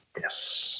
Yes